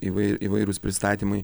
įvai įvairūs pristatymai